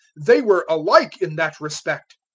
they were alike in that respect.